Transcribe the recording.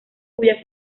cuya